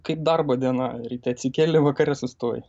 kaip darbo diena ryte atsikeli vakare sustoji